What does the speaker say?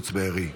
בקיבוץ בארי.